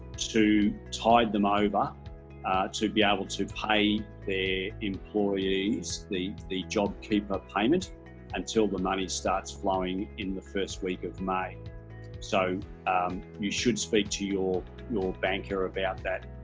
to tide them over to be able to pay their employees the the jobkeeper payment until the money starts flowing in the first week of may so you should speak to your your banker about that